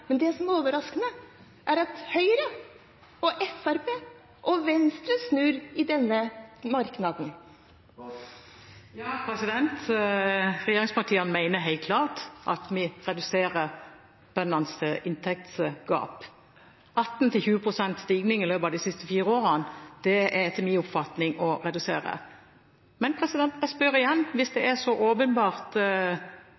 Det som er overraskende, er at Høyre, Fremskrittspartiet og Venstre snur når det gjelder denne merknaden. Regjeringspartiene mener helt klart at vi reduserer inntektsgapet. 18–20 pst. stigning i løpet av de siste fire årene er etter min oppfatning å redusere. Men jeg spør igjen: Hvis det